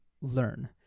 learn